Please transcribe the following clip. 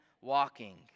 walking